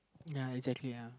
ya exactly uh